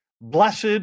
Blessed